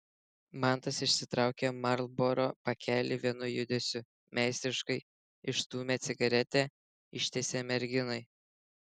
mantas išsitraukė marlboro pakelį vienu judesiu meistriškai išstūmė cigaretę ištiesė merginai